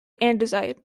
andesite